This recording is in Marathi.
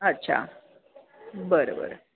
अच्छा बरं बरं